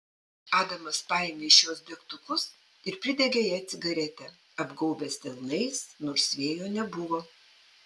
adamas paėmė iš jos degtukus ir pridegė jai cigaretę apgaubęs delnais nors vėjo nebuvo